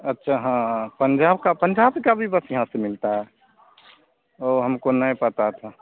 अच्छा हाँ हाँ पंजाब की पंजाब की भी बस यहाँ पर मिलती है वह हमको नहीं पता था